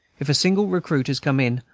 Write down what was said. if a single recruit has come in,